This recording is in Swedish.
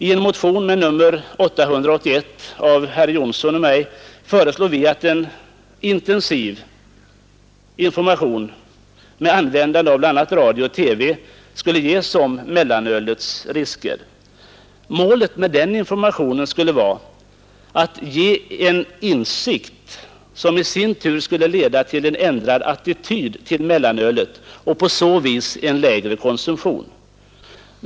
I motion nr 881 av herr Jonsson i Alingsås och mig föreslog vi att en intensiv information med användande av bl.a. radio och TV skulle ges om mellanölets risker. Målet med den informationen skulle vara att ge en insikt, som i sin tur skulle leda till en ändrad attityd till mellanölet och på så vis en lägre konsumtion.